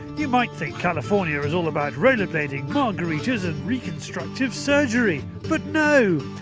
you might think california is all about roller blading, margaritas and reconstructive surgery but no!